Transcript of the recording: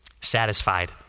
satisfied